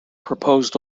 proposed